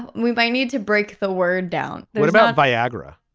we might need to break the word down. what about viagra?